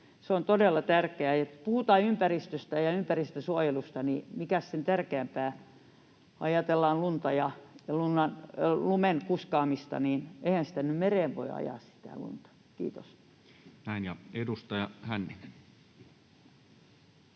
se olisi todella tärkeää. Puhutaan ympäristöstä ja ympäristönsuojelusta, ja mikäs sen tärkeämpää. Kun ajatellaan lunta ja lumen kuskaamista, niin eihän sitä lunta nyt mereen voi ajaa. — Kiitos. [Speech